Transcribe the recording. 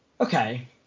Okay